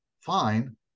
fine